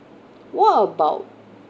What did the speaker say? what about